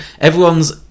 Everyone's